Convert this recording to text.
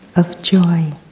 of joy,